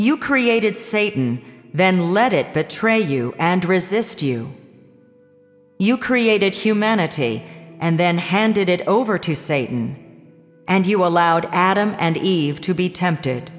you created satan then let it betray you and resist you you created humanity and then handed it over to satan and you allowed adam and eve to be tempted